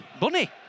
Bunny